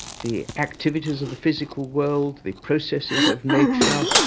the activities of the physical world, the processes of nature, um